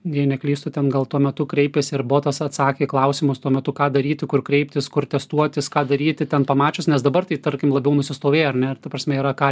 jei neklystu ten gal tuo metu kreipėsi ir botas atsakė į klausimus tuo metu ką daryti kur kreiptis kur testuotis ką daryti ten pamačius nes dabar tai tarkim labiau nusistovėję ar ne ir ta prasme yra ką